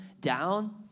down